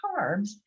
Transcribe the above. carbs